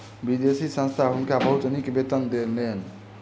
विदेशी संस्था हुनका बहुत नीक वेतन देलकैन